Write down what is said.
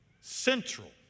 central